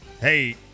hey